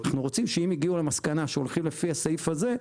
אנחנו רוצים שאם הגיעו למסקנה שהולכים לפי הסעיף הזה,